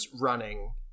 running